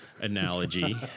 analogy